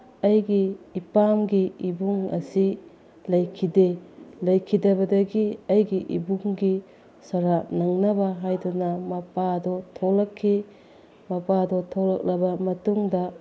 ꯑꯩꯒꯤ ꯏꯄꯥꯝꯒꯤ ꯏꯕꯨꯡ ꯑꯁꯤ ꯂꯩꯈꯤꯗꯦ ꯂꯩꯈꯤꯗꯕꯗꯒꯤ ꯑꯩꯒꯤ ꯏꯕꯨꯡꯒꯤ ꯁꯣꯔꯥꯠ ꯅꯪꯅꯕ ꯍꯥꯏꯗꯨꯅ ꯃꯄꯥꯗꯣ ꯊꯣꯛꯂꯛꯈꯤ ꯃꯄꯥꯗꯣ ꯊꯣꯛꯂꯛꯂꯕ ꯃꯇꯨꯡꯗ